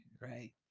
Right